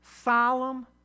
Solemn